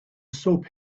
soap